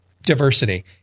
diversity